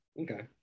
okay